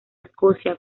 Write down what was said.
escocia